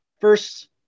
first